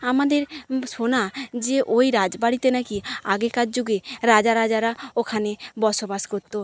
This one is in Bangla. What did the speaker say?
আমাদের শোনা যে ওই রাজবাড়িতে না কি আগেকার যুগে রাজা রাজরা ওখানে বসবাস করত